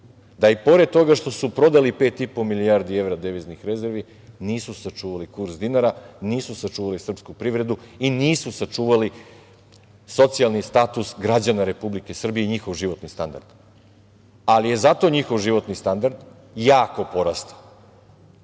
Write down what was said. da i pored toga, što su prodali pet i po milijardi evra deviznih rezervi, nisu sačuvali kurs dinara, nisu sačuvali srpsku privredu i nisu sačuvali socijalni status građana Republike Srbije i njihov životni standard, ali je zato njihov životni standard jako porastao,